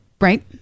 Right